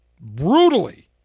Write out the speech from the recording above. brutally